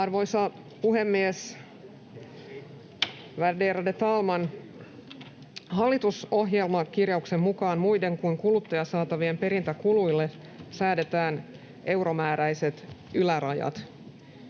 Arvoisa puhemies, värderade talman! Hallitusohjelmakirjauksen mukaan muiden kuin kuluttajasaatavien perintäkuluille säädetään euromääräiset ylärajat.